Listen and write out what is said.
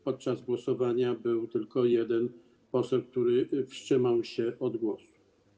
Podczas głosowania był tylko jeden poseł, który wstrzymał się od głosu.